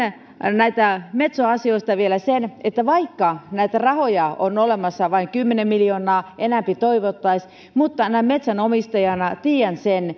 näistä metso asioista vielä se että vaikka näitä rahoja on vain kymmenen miljoonaa enempi toivottaisiin niin näin metsänomistajana tiedän sen